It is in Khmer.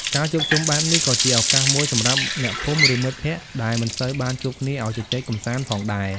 ការជួបជុំបែបនេះក៏ជាឱកាសមួយសម្រាប់អ្នកភូមិ ឬមិត្តភក្តិដែលមិនសូវបានជួបគ្នា ឲ្យជជែកកម្សាន្តផងដែរ។